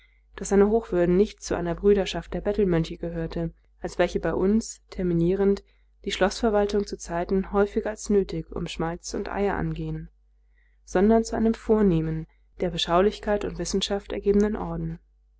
daß seine hochwürden nicht zu einer brüderschaft der bettelmönche gehörte als welche bei uns terminierend die schloßverwaltung zuzeiten häufiger als nötig um schmalz und eier angehen sondern zu einem vornehmen der beschaulichkeit und wissenschaft ergebenen orden